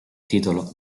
titolo